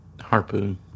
Harpoon